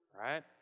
right